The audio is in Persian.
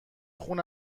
خون